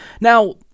now